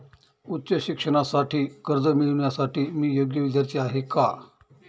उच्च शिक्षणासाठी कर्ज मिळविण्यासाठी मी योग्य विद्यार्थी आहे का?